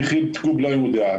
את מחיר הקוב אני לא יודע.